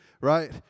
right